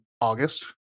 August